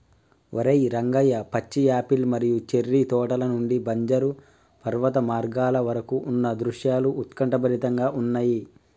ఓరై రంగయ్య పచ్చి యాపిల్ మరియు చేర్రి తోటల నుండి బంజరు పర్వత మార్గాల వరకు ఉన్న దృశ్యాలు ఉత్కంఠభరితంగా ఉన్నయి